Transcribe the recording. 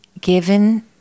given